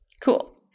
Cool